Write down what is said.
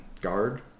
guard